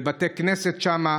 בבתי כנסת שם.